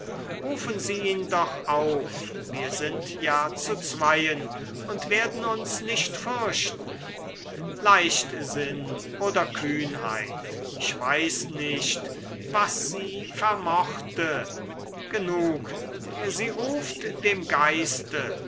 rufen sie ihn doch auf wir sind ja zu zweien und werden uns nicht fürchten leichtsinn oder kühnheit ich weiß nicht was sie vermochte genug sie ruft dem geiste